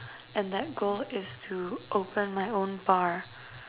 and that goal is to open my own bar